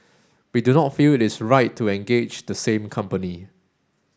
we do not feel it is right to engage the same company